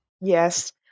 Yes